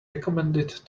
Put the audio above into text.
recommended